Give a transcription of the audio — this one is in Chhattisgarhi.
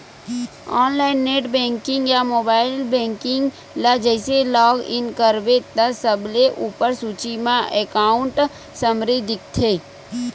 ऑनलाईन नेट बेंकिंग या मोबाईल बेंकिंग ल जइसे लॉग इन करबे त सबले उप्पर सूची म एकांउट समरी दिखथे